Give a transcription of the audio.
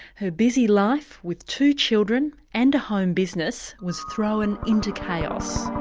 her busy life with two children and a home business was thrown into chaos.